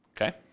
Okay